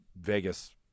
Vegas